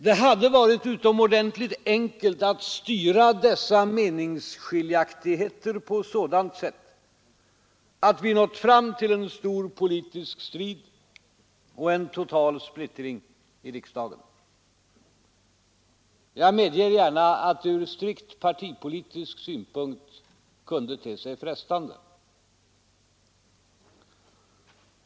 Det hade varit utomordentligt enkelt att styra dessa meningsskiljaktigheter på ett sådant sätt att vi nått fram till en stor politisk strid och en total splittring i riksdagen. Jag medger gärna att det ur strikt partipolitisk synpunkt kunde te sig frestande.